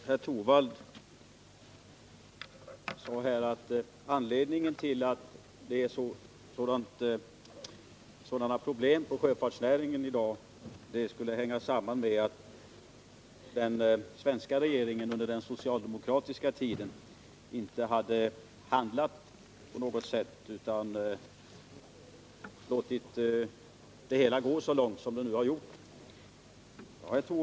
Herr talman! Herr Torwald sade att det faktum att det är sådana problem för sjöfartsnäringen i dag skulle hänga samman med att regeringen under den socialdemokratiska tiden inte handlade utan lät det gå så långt som det nu gjort.